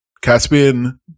Caspian